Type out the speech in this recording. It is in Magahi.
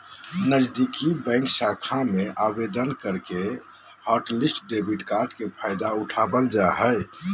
नजीदीकि बैंक शाखा में आवेदन करके हॉटलिस्ट डेबिट कार्ड के फायदा उठाबल जा हय